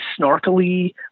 snarkily